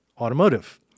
automotive